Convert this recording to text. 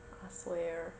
I swear